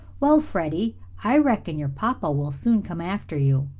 well, freddie, i reckon your papa will soon come after you.